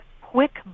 quick